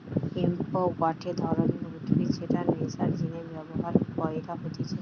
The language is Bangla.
হেম্প গটে ধরণের উদ্ভিদ যেটা নেশার জিনে ব্যবহার কইরা হতিছে